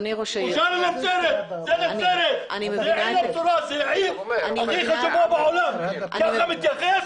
נצרת היא העיר הכי חשובה בעולם ואף אחד לא מתייחס.